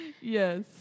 Yes